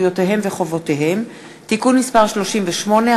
זכויותיהם וחובותיהם (תיקון מס' 38),